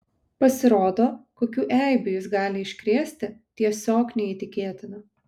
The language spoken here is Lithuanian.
pasirodo kokių eibių jis gali iškrėsti tiesiog neįtikėtina